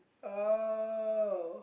oh